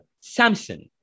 Samson